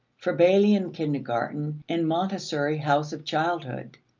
froebelian kindergarten, and montessori house of childhood.